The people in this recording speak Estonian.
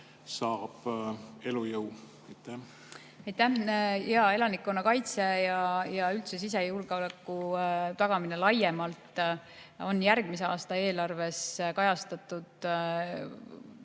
saab elujõu? Aitäh! Jaa, elanikkonnakaitse ja üldse sisejulgeoleku tagamine laiemalt on järgmise aasta eelarves kajastatud.